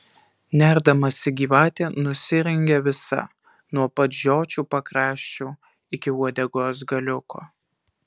nerdamasi gyvatė nusirengia visa nuo pat žiočių pakraščių iki uodegos galiuko